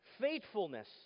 faithfulness